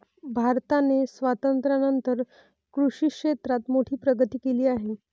भारताने स्वातंत्र्यानंतर कृषी क्षेत्रात मोठी प्रगती केली आहे